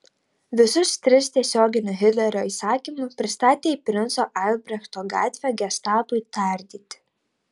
visus tris tiesioginiu hitlerio įsakymu pristatė į princo albrechto gatvę gestapui tardyti